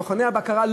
מכוני הבקרה,